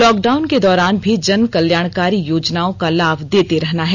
lock down के दौरान भी जन कल्याणकारी योजनाओं का लाभ देते रहना है